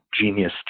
genius